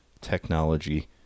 Technology